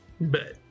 bet